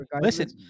listen